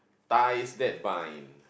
ties that bind